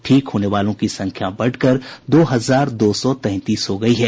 ठीक होने वालों की संख्या बढ़कर दो हजार दो सौ तैंतीस हो गयी है